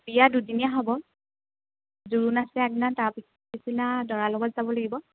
বিয়া দুদিনীয়া হ'ব জোৰোণ আছে আগদিনা তাৰ পিছদিনা দৰাৰ লগত যাব লাগিব